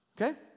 Okay